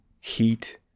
heat